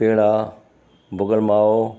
पेड़ा भुॻल माओ